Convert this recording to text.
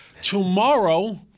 tomorrow